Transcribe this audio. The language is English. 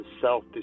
self